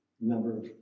number